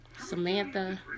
Samantha